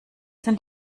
sind